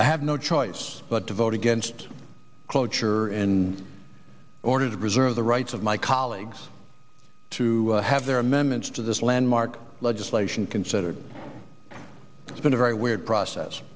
i have no choice but to vote against cloture in order to preserve the rights of my colleagues to have their amendments to this landmark legislation considered it's been a very weird process